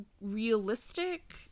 realistic